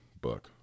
book